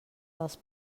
dels